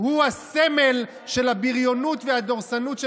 הוא הסמל של הבריונות והדורסנות של